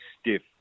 stiff